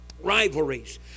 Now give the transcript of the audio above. rivalries